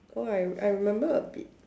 oh I I remember A